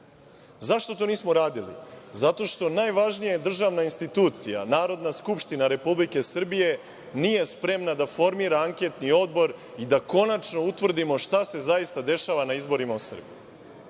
to nismo radili? Zato što najvažnija državna institucija, Narodna skupština Republike Srbije nije spremna da formira anketni odbor i da konačno utvrdimo šta se zaista dešava na izborima u Srbiji. Kada